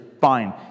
fine